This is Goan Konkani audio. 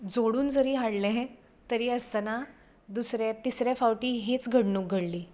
जोडून जरी हाडलें तरी आसतना दुसरें तिसरें फावटी हींच घडणूक घडली